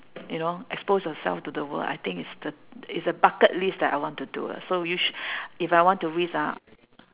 you know expose yourself to the world I think is the is a bucket list that I want to do ah so risk if I want to risk ah